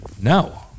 No